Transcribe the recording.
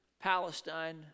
Palestine